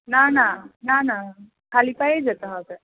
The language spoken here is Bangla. না না না না খালি পায়েই যেতে হবে